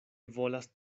volas